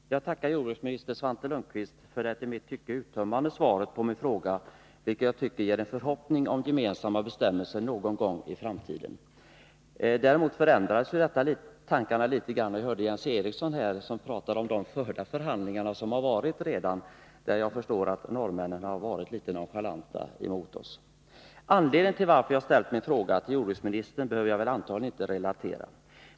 Herr talman! Jag tackar jordbruksminister Svante Lundkvist för det i mitt tycke uttömmande svaret på min fråga, vilket jag tycker ger en förhoppning om gemensamma bestämmelser någon gång i framtiden. Däremot förändrades tankarna litet grand när jag hörde Jens Eriksson tala om de förhandlingar som redan har varit, där jag förstår att norrmännen har varit litet nonchalanta mot oss. Anledningen till att jag ställt min fråga till jordbruksministern behöver jag väl antagligen inte relatera.